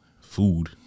food